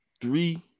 three